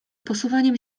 posuwaniem